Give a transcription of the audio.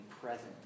present